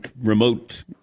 remote